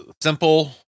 simple